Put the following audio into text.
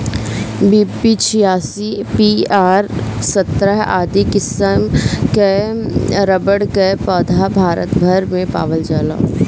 PB छियासी, PR सत्रह आदि किसिम कअ रबड़ कअ पौधा भारत भर में पावल जाला